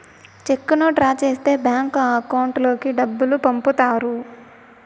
చెక్కును డ్రా చేస్తే bank account లోకి డబ్బులు పంపుతారు